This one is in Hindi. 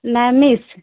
नैमिष